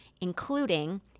including